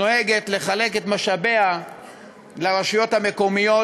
נוהגת לחלק את משאביה לרשויות המקומיות,